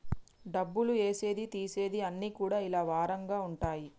డబ్బులు ఏసేది తీసేది అన్ని కూడా ఇలా వారంగా ఉంటయి